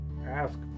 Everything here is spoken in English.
Ask